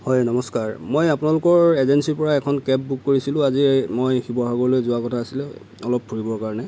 হয় নমস্কাৰ মই আপোনালোকৰ এজেঞ্চিৰ পৰা এখন কেব বুক কৰিছিলোঁ আজি মই শিৱসাগৰলৈ যোৱাৰ কথা আছিলে অলপ ফুৰিবৰ কাৰণে